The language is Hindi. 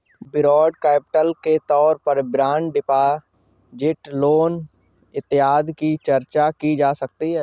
बौरोड कैपिटल के तौर पर बॉन्ड डिपॉजिट लोन इत्यादि की चर्चा की जा सकती है